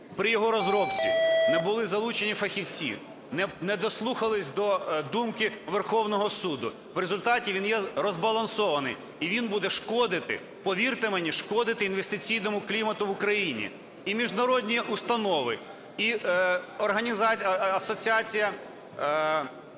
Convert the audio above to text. при його розробці не були залучені фахівці, не дослухались до думки Верховного Суду, в результаті він є розбалансований і він буде шкодити, повірте мені, шкодити інвестиційному клімату в Україні. І міжнародні установи, і асоціація…